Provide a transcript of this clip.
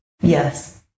Yes